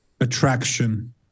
attraction